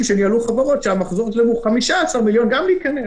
שניהלו חברות שהמחזור שלהן הוא 15 מיליון גם להיכנס,